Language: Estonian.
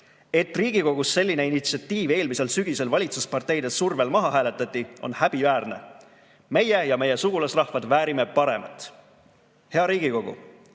Et Riigikogus selline initsiatiiv eelmisel sügisel valitsusparteide survel maha hääletati, on häbiväärne. Meie ja meie sugulasrahvad väärime paremat. Hea Riigikogu!